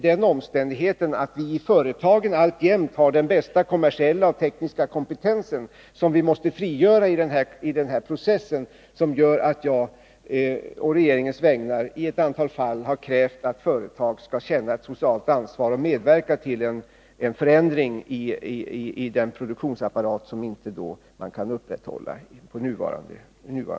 Den omständigheten att vi i företagen alltjämt har den bästa kommersiella och tekniska kompetensen, som vi måste frigöra i den här processen, gör att jag på regeringens vägnar i ett antal fall har krävt att företagen skall känna ett socialt ansvar och medverka till en förändring av den produktionsapparat som man inte kan upprätthålla på nuvarande nivå.